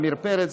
עמיר פרץ,